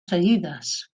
seguides